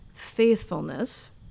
Faithfulness